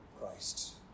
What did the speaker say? Christ